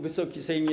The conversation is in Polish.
Wysoki Sejmie!